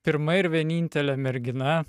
pirma ir vienintelė mergina